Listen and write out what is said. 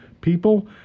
people